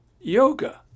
yoga